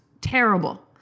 terrible